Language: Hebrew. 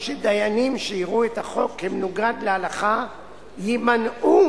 שדיינים שיראו את החוק כמנוגד להלכה יימנעו